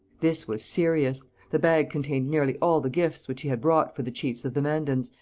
this was serious. the bag contained nearly all the gifts which he had brought for the chiefs of the mandans,